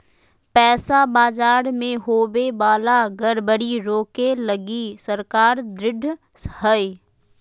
पैसा बाजार मे होवे वाला गड़बड़ी रोके लगी सरकार ढृढ़ हय